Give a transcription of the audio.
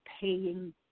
paying